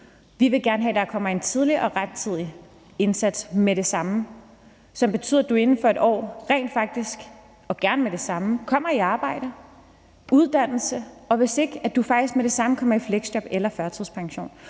Vi vil gerne have, der kommer en tidlig og rettidig indsats med det samme, som betyder, at du inden for et år rent faktisk – og gerne med det samme – kommer i arbejde eller uddannelse, hvis ikke du faktisk med det samme kommer i fleksjob eller får førtidspension.